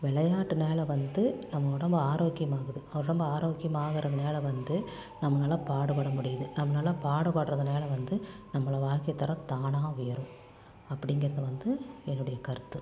விளையாட்டுனால் வந்து நம்ம உடம்பு ஆரோக்கியமாகுது உடம்பு ஆரோக்கியமாகிறதுனால வந்து நம்மனால் பாடுபட முடியுது நம்மனால் பாடுபடறதுனால் வந்து நம்மளோட வாழ்க்கைத்தரம் தானாக உயரும் அப்படிங்கிறது வந்து என்னுடைய கருத்து